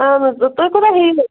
اہن حظ تُہۍ کوٗتاہ ہیٚیِو